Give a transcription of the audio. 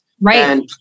Right